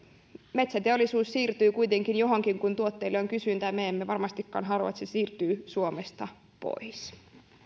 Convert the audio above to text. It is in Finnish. metsäteollisuus siirtyy kuitenkin johonkin kun tuotteille on kysyntää me emme varmastikaan halua että se siirtyy suomesta pois